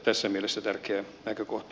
tässä mielessä tärkeä näkökohta